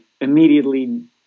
immediately